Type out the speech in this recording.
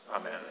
Amen